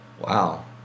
Wow